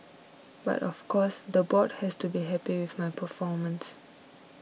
but of course the board has to be happy with my performance